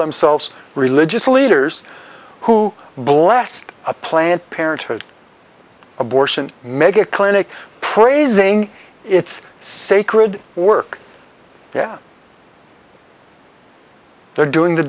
themselves religious leaders who blessed a planned parenthood abortion mega clinic praising its sacred work yeah they're doing the